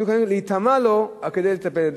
להיטמא לו כדי לטפל.